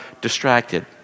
distracted